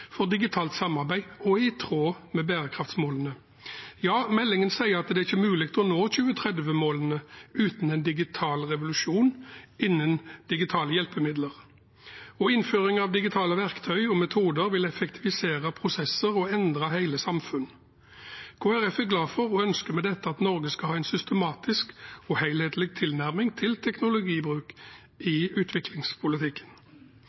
for digitalt samarbeid og er i tråd med bærekraftsmålene. Ja, meldingen sier at det ikke er mulig å nå 2030-målene uten en digital revolusjon innenfor digitale hjelpemidler. Innføring av digitale verktøy og metoder vil effektivisere prosesser og endre hele samfunn. Kristelig Folkeparti er derfor glad for og ønsker med dette at Norge skal ha en systematisk og helhetlig tilnærming til teknologibruk